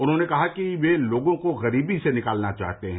उन्होंने कहा कि वे लोगों को गरीबी से निकालना चाहते हैं